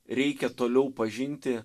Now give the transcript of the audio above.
reikia toliau pažinti